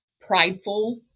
prideful